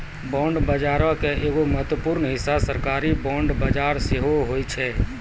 bond बजारो के एगो महत्वपूर्ण हिस्सा सरकारी बांड बजार सेहो होय छै